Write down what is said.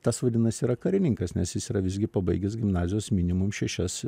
tas vadinasi yra karininkas nes jis yra visgi pabaigęs gimnazijos minimum šešias